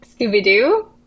Scooby-Doo